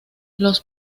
los